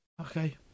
Okay